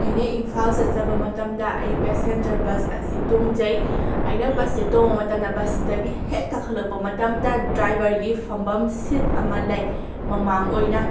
ꯑꯩꯅ ꯏꯝꯐꯥꯜ ꯆꯠꯆꯕ ꯃꯇꯝꯗ ꯑꯩ ꯄꯦꯁꯦꯟꯖꯔ ꯕꯁ ꯑꯁꯤ ꯇꯣꯡꯖꯩ ꯑꯩꯅ ꯕꯁꯁꯤ ꯇꯣꯡꯕ ꯃꯇꯝꯗ ꯕꯁ ꯁꯤꯗꯒꯤ ꯍꯦꯛ ꯀꯥꯈꯠꯂꯛꯄ ꯃꯇꯝꯗ ꯗꯔꯥꯏꯕꯔꯒꯤ ꯐꯝꯐꯝ ꯁꯤꯠ ꯑꯃ ꯂꯩ ꯃꯃꯥꯡ ꯑꯣꯏꯅ